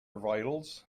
vitals